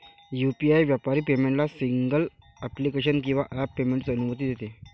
UPI व्यापारी पेमेंटला single application किंवा ॲप पेमेंटची अनुमती देते